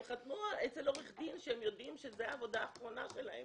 הם חתמו אצל עורך דין שהם יודעים שזו העבודה האחרונה שלהם.